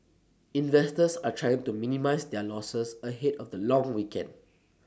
investors are trying to minimise their losses ahead of the long weekend